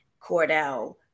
Cordell